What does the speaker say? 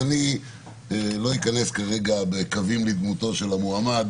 אז אני לא אכנס כרגע לקווים לדמותו של המועמד